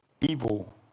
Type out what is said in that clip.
Evil